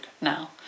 now